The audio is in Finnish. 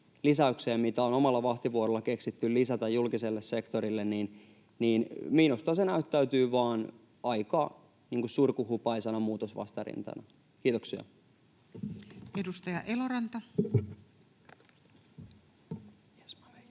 mitä on omalla vahtivuorolla keksitty lisätä julkiselle sektorille, minusta näyttäytyy vaan aika surkuhupaisana muutosvastarintana. — Kiitoksia. [Speech 230]